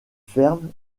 fermes